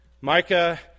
Micah